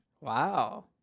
wow